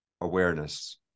awareness